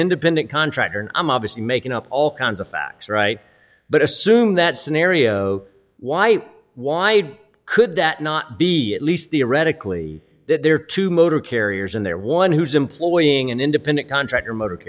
independent contractor and i'm obviously making up all kinds of facts right but assume that scenario why why could that not be at least theoretically that there are two motor carriers in there one who's employing an independent contractor mot